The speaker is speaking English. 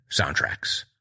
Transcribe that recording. soundtracks